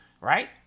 right